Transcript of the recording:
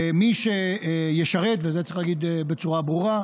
ומי שישרת, ואת זה צריך להגיד בצורה ברורה,